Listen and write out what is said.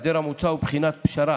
ההסדר המוצע הוא בבחינת פשרה.